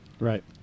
Right